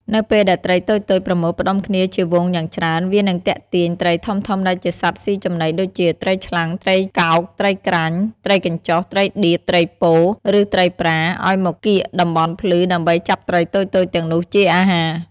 នៅពេលដែលត្រីតូចៗប្រមូលផ្តុំគ្នាជាហ្វូងយ៉ាងច្រើន វានឹងទាក់ទាញ ត្រីធំៗដែលជាសត្វស៊ីចំណីដូចជា ត្រីឆ្លាំង ត្រីឆ្កោក ត្រីក្រាញ់ ត្រីកញ្ចុះ ត្រីដៀប ត្រីពោ ឬត្រីប្រា ឱ្យមកកៀកតំបន់ភ្លឺដើម្បីចាប់ត្រីតូចៗទាំងនោះជាអាហារ។